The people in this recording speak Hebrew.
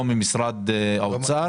לא ממשרד האוצר.